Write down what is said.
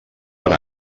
per